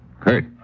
Kurt